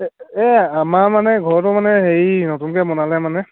এই আমাৰ মানে ঘৰটো মানে হেৰি নতুনকৈ বনালে মানে